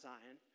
Zion